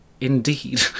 Indeed